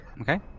Okay